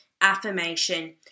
affirmation